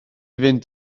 fynd